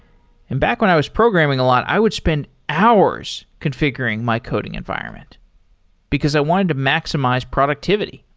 and back when i was programming a lot i would spend hours configuring my coding environment because i wanted to maximize productivity.